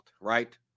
right